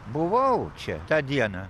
buvau čia tą dieną